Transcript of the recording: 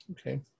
Okay